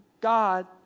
God